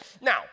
Now